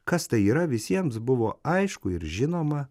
kas tai yra visiems buvo aišku ir žinoma